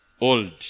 Old